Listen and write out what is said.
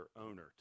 owner